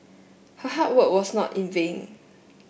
her hard work was not in vain